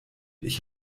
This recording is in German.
ich